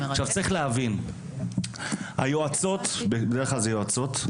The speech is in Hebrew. עכשיו צריך להבין, היועצות בדרך כלל זה יועצות,